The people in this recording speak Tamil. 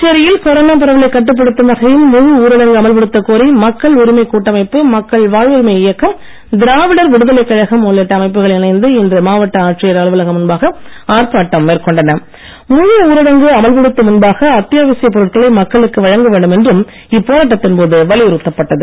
புதுச்சேரியில் கொரோனா பரவலைக் கட்டுப்படுத்தும் வகையில் முழு ஊரடங்கு அமல்படுத்தக் கோரி மக்கள் உரிமைக் கூட்டமைப்பு மக்கள் வாழ்வுரிமை இயக்கம் திராவிடர் விடுதலைக் கழகம் உள்ளிட்ட அமைப்புகள் இணைந்து இன்று மாவட்ட ஆட்சியர் அலுவலகம் முன்பாக ஊரடங்கு அமல்படுத்தும் முன்பாக அத்தியாவசிப் பொருட்களை மக்களுக்கு வழங்க வேண்டும் என்றும் இப்போராட்டத்தின் போது வலியுறுத்தப்பட்டது